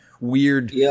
weird